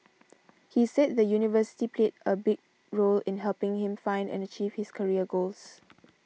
he said the university played a big role in helping him find and achieve his career goals